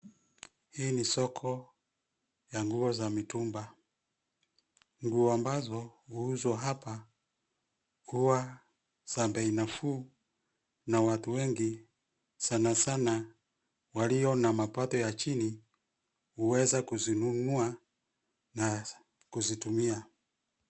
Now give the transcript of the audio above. Hii ni soko ya nguo za mitumba, nguo ambazao huuzwa hapa huwa za bei nafuu na watu wengi sanasana walio na mapato ya chini huweza kuzinunua na kuzitumia.